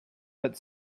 but